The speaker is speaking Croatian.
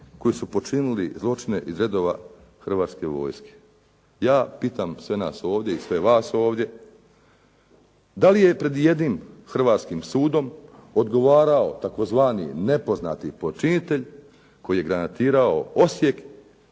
koji su počinili zločine iz redova hrvatske vojske. Ja pitam sve nas ovdje i sve vas ovdje, da li je pred jednim hrvatskim sudom odgovarao tzv. nepoznati počinitelj koji je granatirao Osijek,